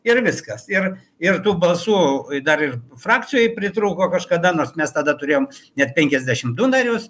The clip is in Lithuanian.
ir viskas ir ir tų balsų dar ir frakcijoj pritrūko kažkada nors mes tada turėjom net penkiasdešimt du narius